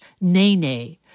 Nene